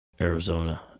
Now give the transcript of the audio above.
Arizona